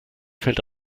fällt